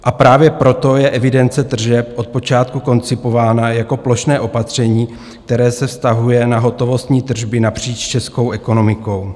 A právě proto je evidence tržeb od počátku koncipována jako plošné opatření, které se vztahuje na hotovostní tržby napříč českou ekonomikou.